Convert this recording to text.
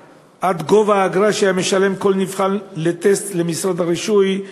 גובה האגרה שהיה משלם כל נבחן לטסט למשרד הרישוי,